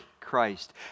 Christ